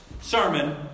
sermon